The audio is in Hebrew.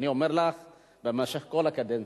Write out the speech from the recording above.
אני אומר לך, במשך כל הקדנציה,